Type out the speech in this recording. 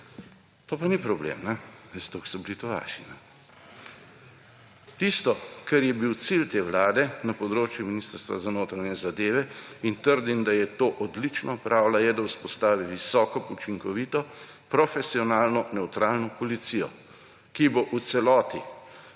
To pa ni problem, zato ker so bili to vaši. Tisto, kar je bil cilj te vlade na področju Ministrstva za notranje zadeve ‒ in trdim, da je to odlično opravila ‒ je, da vzpostavi visoko učinkovito, profesionalno, nevtralno policijo, ki bo v celoti